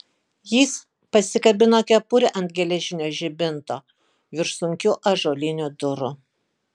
jis pasikabino kepurę ant geležinio žibinto virš sunkių ąžuolinių durų